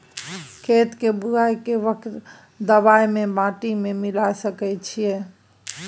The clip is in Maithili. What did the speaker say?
खेत के बुआई के वक्त दबाय के माटी में मिलाय सके छिये?